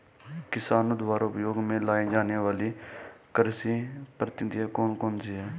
किसानों द्वारा उपयोग में लाई जाने वाली कृषि पद्धतियाँ कौन कौन सी हैं?